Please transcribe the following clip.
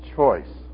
choice